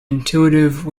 intuitive